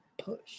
Push